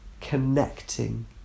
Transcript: Connecting